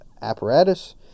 apparatus